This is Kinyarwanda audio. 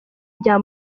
rya